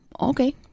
Okay